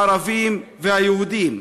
הערבים והיהודים,